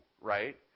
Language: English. right